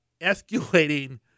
escalating